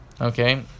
Okay